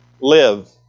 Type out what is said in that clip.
live